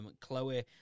Chloe